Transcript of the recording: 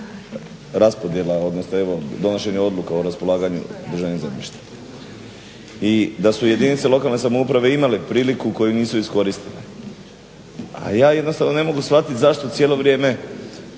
raspodjela odnosno donošenje o raspolaganju državnim zemljištem i da su jedinice lokalne samouprave imale priliku koju nisu iskoristile. A ja jednostavno ne mogu shvatiti zašto cijelo vrijeme,